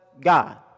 God